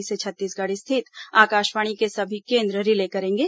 इसे छत्तीसगढ़ स्थित आकाशवाणी के सभी केंद्र रिले करेंगे